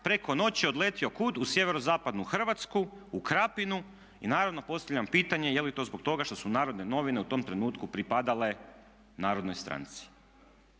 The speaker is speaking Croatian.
preko noći odletio kud? U sjeverozapadnu Hrvatsku, u Krapinu. I naravno postavljam pitanje je li to zbog toga što su Narodne novine u tom trenutku pripadale Narodnoj stranci?